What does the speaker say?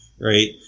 right